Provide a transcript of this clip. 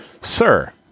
Sir